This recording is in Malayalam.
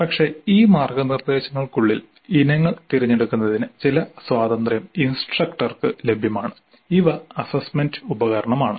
പക്ഷേ ഈ മാർഗ്ഗനിർദ്ദേശങ്ങൾക്കുള്ളിൽ ഇനങ്ങൾ തിരഞ്ഞെടുക്കുന്നതിന് ചില സ്വാതന്ത്ര്യം ഇൻസ്ട്രക്ടർക്ക് ലഭ്യമാണ് അവ അസ്സസ്സ്മെന്റ് ഉപകരണമാണ്